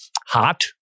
hot